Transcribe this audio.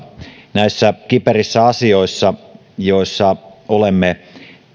näissä kiperissä asioissa joissa olemme